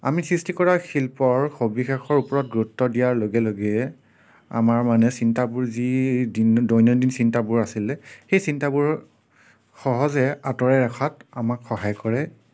আমি সৃষ্টি কৰা শিল্পৰ সবিশেষৰ ওপৰত গুৰুত্ব দিয়াৰ লগে লগে আমাৰ মানে চিন্তাবোৰ যি দৈনন্দিন চিন্তাবোৰ আছিলে সেই চিন্তাবোৰৰ সহজে আঁতৰাই ৰখাত আমাক সহায় কৰে